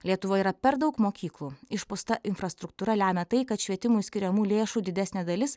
lietuvoje yra per daug mokyklų išpūsta infrastruktūra lemia tai kad švietimui skiriamų lėšų didesnė dalis